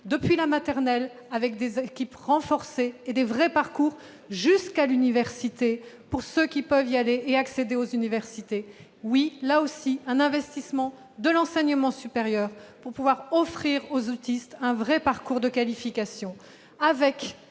depuis la maternelle, avec des équipes renforcées et des vrais parcours, jusqu'à l'université pour ceux qui peuvent y accéder. Oui, là aussi, c'est un investissement de l'enseignement supérieur pour pouvoir offrir aux autistes un vrai parcours de qualification, avec